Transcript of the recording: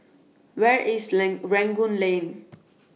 Where IS Lane Rangoon Lane